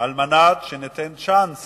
כדי לתת צ'אנס